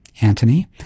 Antony